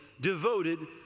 devoted